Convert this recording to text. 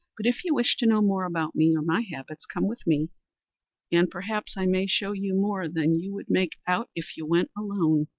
but if you wish to know more about me or my habits, come with me and perhaps i may show you more than you would make out if you went alone.